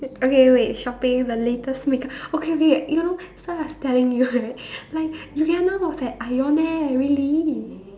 okay wait shopping the latest make-up okay wait you know so I was telling you right like Rihanna was at Ion eh really